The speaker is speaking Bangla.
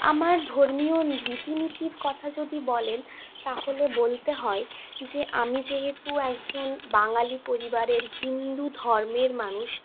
আমার ধর্মীয় রীতিনীতির কথা যদি বলেন তাহলে বলতে হয় যে আমি যেহেতু একজন বাঙালি পরিবারের হিন্দু ধর্মের মানুষ